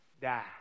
Die